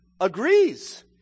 agrees